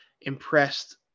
impressed